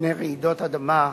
מפני רעידות אדמה)